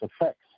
effects